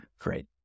Great